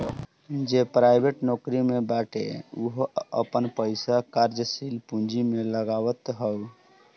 जे प्राइवेट नोकरी में बाटे उहो आपन पईसा कार्यशील पूंजी में लगावत हअ